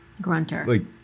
grunter